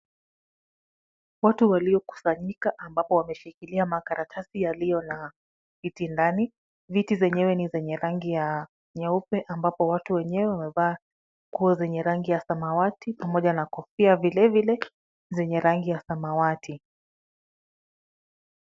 Watu waliokusanyika ambapo wameshikilia makaratasi yaliyo na viti ndani. Viti zenyewe ni zenye rangi ya nyeupe ambapo watu wenyewe wamevaa nguo zenye rangi ya samawati pamoja na kofia vilevile zenye rangi ya samawati.